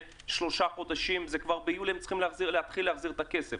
ביולי הם כבר צריכים להתחיל להחזיר את הכסף,